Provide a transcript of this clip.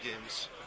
games